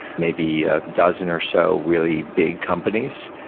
maybe a dozen or so really big companies.